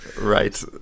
Right